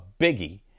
Biggie